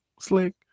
Slick